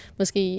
måske